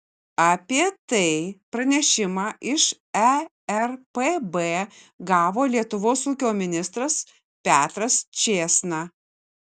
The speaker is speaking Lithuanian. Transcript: apie tai pranešimą iš erpb gavo lietuvos ūkio ministras petras čėsna